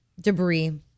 debris